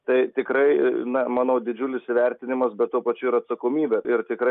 tai tikrai na manau didžiulis įvertinimas bet tuo pačiu ir atsakomybė ir tikrai